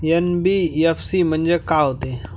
NBFC म्हणजे का होते?